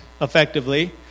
effectively